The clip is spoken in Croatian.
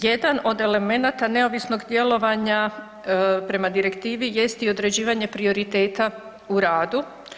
Jedan od elemenata neovisnog djelovanja prema direktivi jest i određivanje prioriteta u radu.